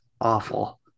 awful